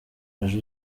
ejo